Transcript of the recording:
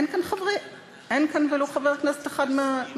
אין כאן ולו חבר כנסת אחד מהקואליציה.